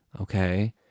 okay